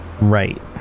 right